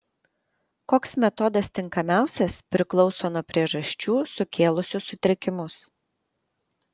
koks metodas tinkamiausias priklauso nuo priežasčių sukėlusių sutrikimus